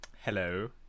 Hello